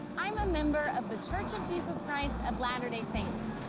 i'm a member of the church of jesus christ of latter-day saints,